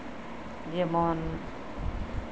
ᱡᱮᱢᱚᱱ